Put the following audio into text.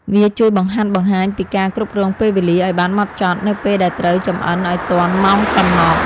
វាជួយបង្ហាត់បង្ហាញពីការគ្រប់គ្រងពេលវេលាឱ្យបានហ្មត់ចត់ នៅពេលដែលត្រូវចម្អិនឱ្យទាន់ម៉ោងកំណត់។